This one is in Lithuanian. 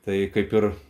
tai kaip ir